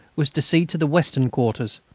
was to see to the western quarters.